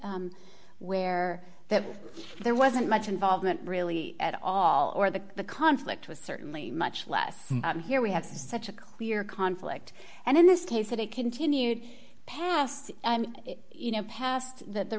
where that there wasn't much involvement really at all or the the conflict was certainly much less here we have such a clear conflict and in this case that it continued past you know past that there